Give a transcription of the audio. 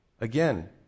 Again